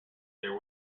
there